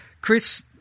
Chris